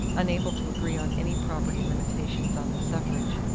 unable to agree on any property limitations on the suffrage,